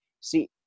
see